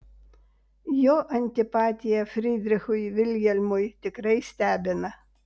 jo antipatija frydrichui vilhelmui tikrai stebina